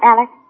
Alex